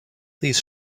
these